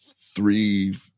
three